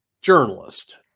journalist